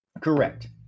correct